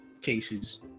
Case's